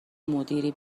مدیری